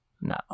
No